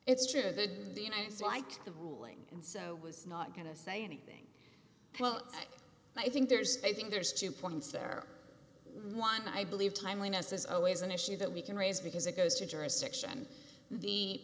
it's true the united so i kept the ruling and so was not going to say anything well i think there's a thing there's two points there one i believe timeliness is always an issue that we can raise because it goes to jurisdiction the